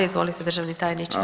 Izvolite državni tajniče.